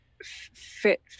fit